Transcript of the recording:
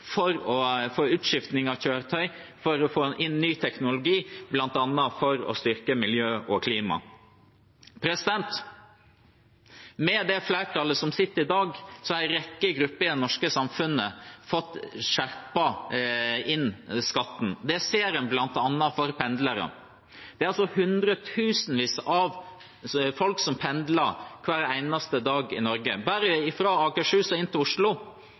god ordning for utskiftning av kjøretøy, for å få inn ny teknologi, bl.a. for å styrke miljøet og klimaet. Med det flertallet som er i dag, har en rekke grupper i det norske samfunnet fått skjerpet skatten. Det gjelder bl.a. pendlerne. Det er hundretusenvis av folk som pendler hver eneste dag i Norge. Bare fra Akershus og inn til Oslo